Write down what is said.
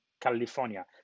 California